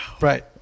right